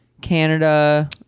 Canada